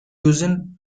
chosen